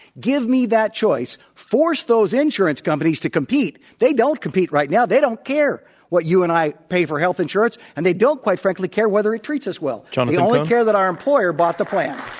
give me that choice, force those insurance companies to compete. they don't compete right now. they don't care what you and i pay for health insurance and they don't, quite frankly, care whether it treats us well. they only only care that our employer bought the plan.